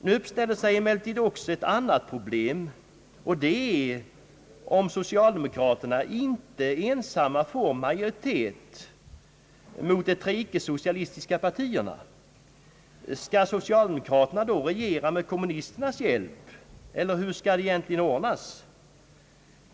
Nu uppställer sig emellertid också ett annat problem, nämligen om socialdemokraterna inte ensamma får majoritet mot de tre icke socialistiska partierna. Skall socialdekomraterna då regera med kommunisternas hjälp, eller hur skall det egentligen ordnas?